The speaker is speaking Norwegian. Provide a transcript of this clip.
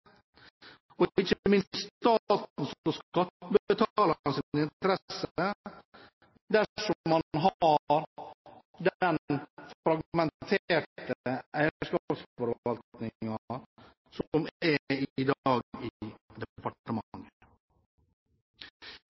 og ikke minst statens og skattebetalernes interesse, dersom man har den fragmenterte eierskapsforvaltningen som er i dag i departementet.